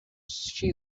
she